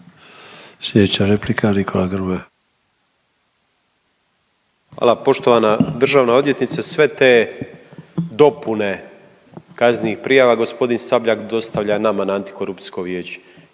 Sljedeća replika Nikola Grmoja.